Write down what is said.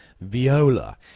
viola